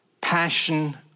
passion